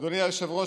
אדוני היושב-ראש,